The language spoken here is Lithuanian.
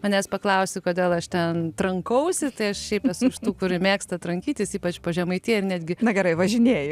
manęs paklausi kodėl aš ten trankausi tai aš šiaip nesu iš tų kurie mėgsta trankytis ypač po žemaitiją ir netgi na gerai važinėji